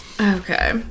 Okay